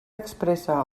expressa